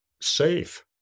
safe